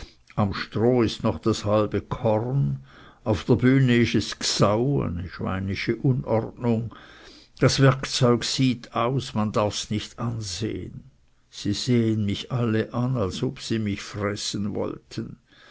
am stroh ist noch das halbe korn auf der bühne ist es gsau das werkzeug sieht aus man darfs nicht ansehen sie sehen mich alle an als ob sie mich fressen wollten